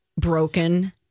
broken